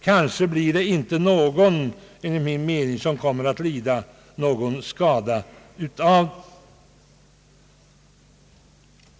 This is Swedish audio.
Kanske kommer ingen att lida skada av det.